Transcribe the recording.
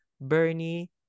Bernie